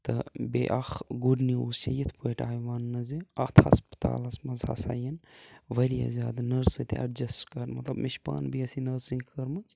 تہٕ بیٚیہِ اَکھ گُڈ نِوٕز چھِ یِتھ پٲٹھۍ آیہِ وَننہٕ زِ اَتھ ہَسپَتالَس منٛز ہَسا یِن واریاہ زیادٕ نٔرسہٕ تہِ ایٚڈجیٚسٹ کَرنہٕ تہٕ مےٚ چھُ پانہٕ بی ایٚس سی نٔرسِنٛگ کٔرمٕژ